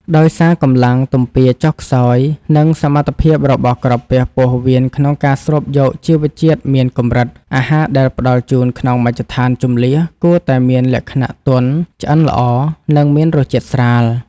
ដោយសារកម្លាំងទំពារចុះខ្សោយ និងសមត្ថភាពរបស់ក្រពះពោះវៀនក្នុងការស្រូបយកជីវជាតិមានកម្រិត អាហារដែលផ្តល់ជូនក្នុងមជ្ឈមណ្ឌលជម្លៀសគួរតែមានលក្ខណៈទន់ ឆ្អិនល្អ និងមានរសជាតិស្រាល។